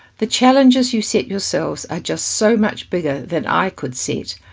the challenges you set yourselves are just so much bigger than i could set.